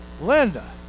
Linda